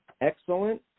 excellent